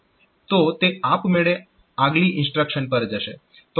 તો તે આપ મેળે આગલી ઇન્સ્ટ્રક્શન પર જશે